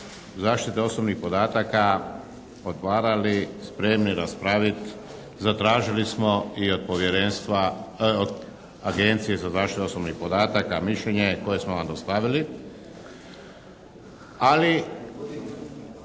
zaštite osobnih podataka otvarali spremni raspraviti. Zatražili smo i od povjerenstva, Agencije za zaštitu osobnih podataka mišljenje koje smo vam dostavili, ali